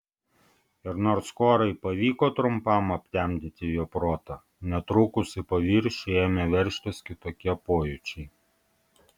ir nors korai pavyko trumpam aptemdyti jo protą netrukus į paviršių ėmė veržtis kitokie pojūčiai